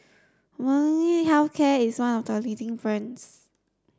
Molnylcke health care is one of the leading brands